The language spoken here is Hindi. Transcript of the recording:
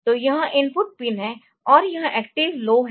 तो यह इनपुट पिन है और यह एक्टिव लो है